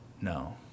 No